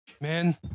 Man